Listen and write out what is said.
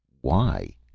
Why